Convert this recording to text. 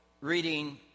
reading